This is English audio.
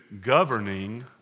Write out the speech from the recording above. governing